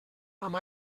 amb